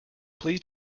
please